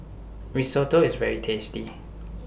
Risotto IS very tasty